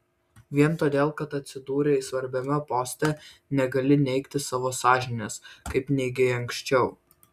vien todėl kad atsidūrei svarbiame poste negali neigti savo sąžinės kaip neigei anksčiau